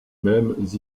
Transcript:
mêmes